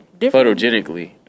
photogenically